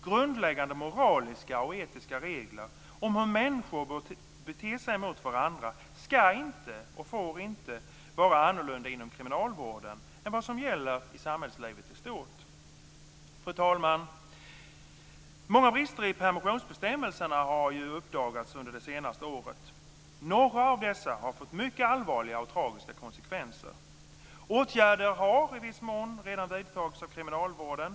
Grundläggande moraliska och etiska regler om hur människor bör bete sig mot varandra ska inte, och får inte, vara annorlunda inom kriminalvården än vad som gäller i samhällslivet i stort. Fru talman! Många brister i permissionsbestämmelserna har uppdagats under det senaste året. Några av dessa har fått mycket allvarliga och tragiska konsekvenser. Åtgärder har i viss mån redan vidtagits av kriminalvården.